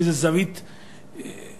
באיזו זווית מוזרה,